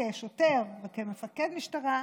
כשוטר וכמפקד משטרה,